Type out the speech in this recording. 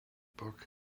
book